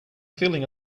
feeling